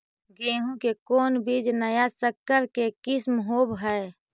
गेहू की कोन बीज नया सकर के किस्म होब हय?